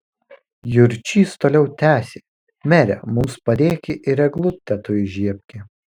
jurčys toliau tęsė mere mums padėki ir eglutę tu įžiebki